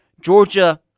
Georgia